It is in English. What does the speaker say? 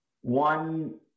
one